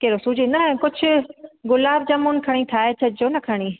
कहिड़ो सूजी न कुझु गुलाब जामुन खणी ठाहे छॾिजो न खणी